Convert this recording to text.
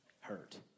hurt